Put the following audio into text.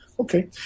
okay